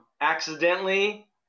accidentally